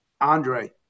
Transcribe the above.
Andre